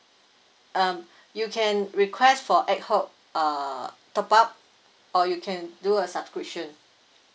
um you can request for ad hoc uh top up or you can do a subscription